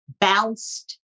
bounced